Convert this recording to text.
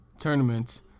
tournaments